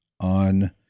on